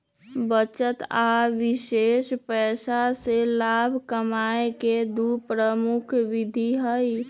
बचत आ निवेश पैसा से लाभ कमाय केँ दु प्रमुख विधि हइ